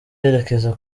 yerekeza